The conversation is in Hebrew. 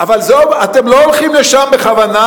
אתם לא הולכים לשם בכוונה,